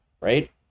right